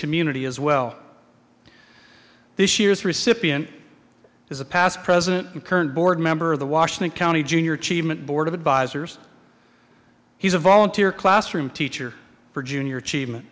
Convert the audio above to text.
community as well this year's recipient is a past president and current board member of the washing county junior achievement board of advisors he's a volunteer classroom teacher for junior achievement